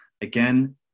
again